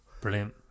Brilliant